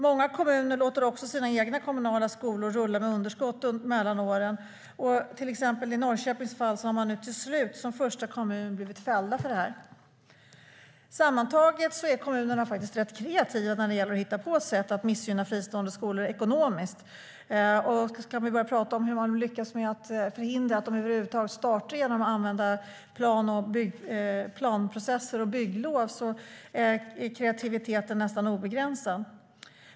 Många kommuner låter också sina egna kommunala skolor rulla med underskott mellan åren. I Norrköpings fall, till exempel, har man nu till slut som första kommun blivit fälld för detta. Sammantaget är kommunerna rätt kreativa när det gäller att hitta på sätt att missgynna fristående skolor ekonomiskt. Om vi börjar tala om hur de lyckas förhindra att skolor över huvud taget startar genom att använda planprocesser och bygglov är kreativiteten nästan obegränsad.